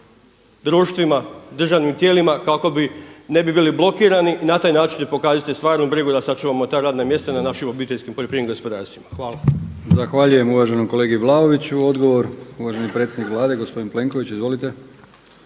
društvima državnim tijelima kako ne bi bili blokirani i na taj način im pokažite stvarnu brigu da sačuvamo ta radna mjesta na našim OPG-ima. Hvala. **Brkić, Milijan (HDZ)** Zahvaljujem uvaženom kolegi Vlaoviću. Odgovor uvaženi predsjednik Vlade gospodin Plenković. Izvolite.